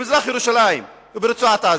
במזרח-ירושלים וברצועת-עזה,